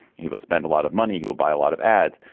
he will spend a lot of money. he will buy a lot of ads.